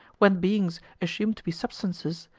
when beings assumed to be substances,